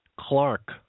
Clark